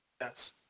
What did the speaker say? yes